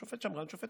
שופט שמרן, שופט